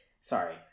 sorry